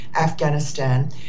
Afghanistan